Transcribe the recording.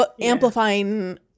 amplifying